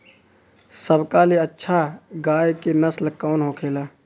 सबका ले अच्छा गाय के नस्ल कवन होखेला?